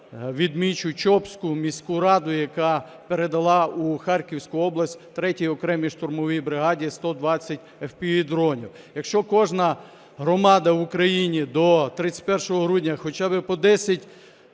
відмічу Чопську міську раду, яка передала у Харківську область 3-й окремій штурмовій бригаді 120 FPV-дронів. Якщо кожна громада в Україні до 31 грудня хоча би по 10